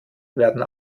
werden